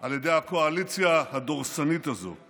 על ידי הקואליציה הדורסנית הזו,